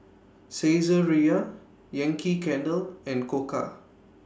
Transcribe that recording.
Saizeriya Yankee Candle and Koka